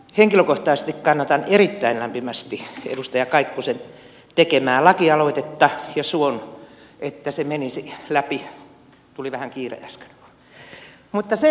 henkilökohtaisesti kannatan erittäin lämpimästi edustaja kaikkosen tekemää lakialoitetta ja suon että se menisi läpi